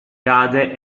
cade